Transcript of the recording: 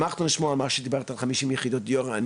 שמחנו לשמוע את מה שדיברת בעניין ה-50 יחידות דיור,